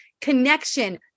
connection